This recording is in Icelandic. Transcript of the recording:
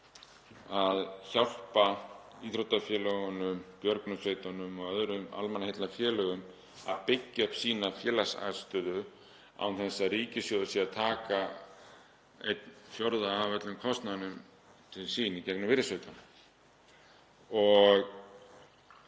að hjálpa íþróttafélögunum, björgunarsveitunum og öðrum almannaheillafélögum að byggja upp sína félagsaðstöðu án þess að ríkissjóður sé að taka einn fjórða af öllum kostnaðinum til sín í gegnum virðisaukann. Og